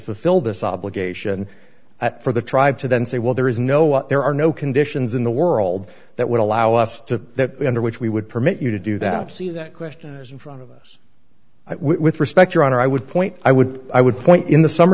fulfill this obligation at for the tribe to then say well there is no what there are no conditions in the world that would allow us to under which we would permit you to do that see that question in front of us with respect your honor i would point i would i would point in the summ